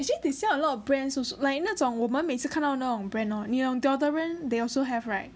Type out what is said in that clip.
actually they sell a lot of brands also like 那种我们每次看到的那种 brand 你懂 deodorant they also have right